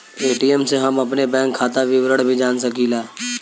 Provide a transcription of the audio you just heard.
ATM से हम अपने बैंक खाता विवरण भी जान सकीला